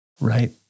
Right